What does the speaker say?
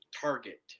target